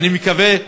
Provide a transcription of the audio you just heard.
ואני מקווה,